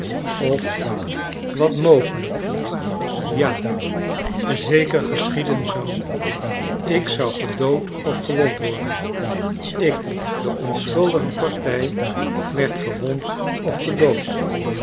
of wat mogelijk ja zeker geschieden zou ik zou gedood of gewond worden ik de onschuldige partij werd gewond of gedood